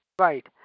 Right